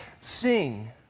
sing